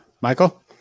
Michael